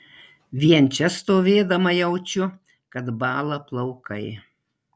vien čia stovėdama jaučiu kad bąla plaukai